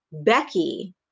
Becky